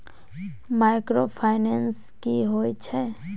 Microfinance की होय छै?